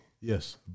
Yes